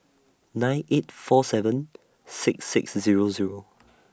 nine eight four seven six six Zero Zero